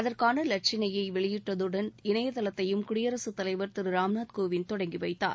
அதற்கான இலச்சினையை வெளியிட்டதுடன் இணையதளத்தையும் குடியரசுத்தலைவர் திரு ராம்நாத் கோவிந்த்தொடங்கி வைத்தார்